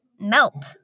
melt